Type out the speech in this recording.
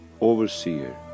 overseer